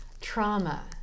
trauma